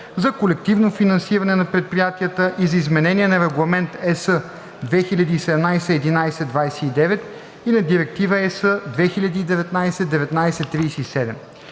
за колективно финансиране на предприятията и за изменение на Регламент (ЕС) 2017/1129 и на Директива (ЕС) 2019/1937;